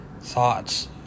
thoughts